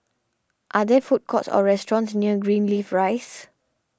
are there food courts or restaurants near Greenleaf Rise